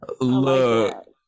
look